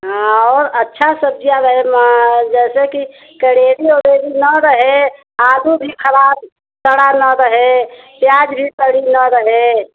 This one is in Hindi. हाँ और अच्छा सब्जियाँ जैसे कि करेली ओरेली ना रहे आलू भी खराब सड़ा न रहे प्याज भी सड़ी ना रहे